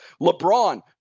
LeBron